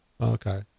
Okay